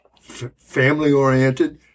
family-oriented